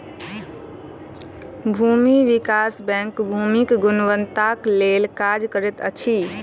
भूमि विकास बैंक भूमिक गुणवत्ताक लेल काज करैत अछि